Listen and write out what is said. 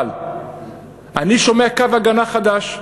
אבל אני שומע קו הגנה חדש,